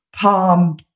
palm